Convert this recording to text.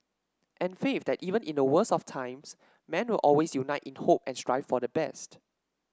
and faith that even in the worst of times man will always unite in hope and strive for the best